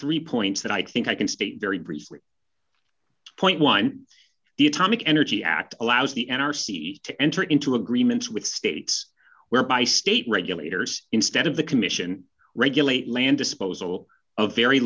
three points that i think i can state very briefly point one the atomic energy act allows the n r c to enter into agreements with states whereby state regulators instead of the commission regulate land disposal of very